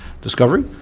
Discovery